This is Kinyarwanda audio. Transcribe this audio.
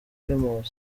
primus